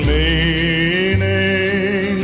meaning